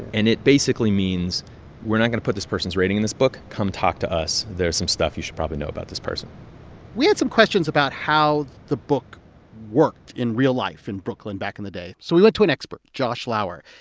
and it basically means we're not going to put this person's rating in this book. come talk to us. there's some stuff you should probably know about this person we had some questions about how the book worked in real life in brooklyn back in the day, so we went to an expert, josh lauer.